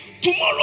Tomorrow